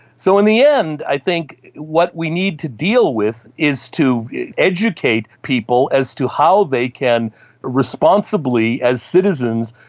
so in the end i think what we need to deal with is to educate people as to how they can responsibly, as citizens,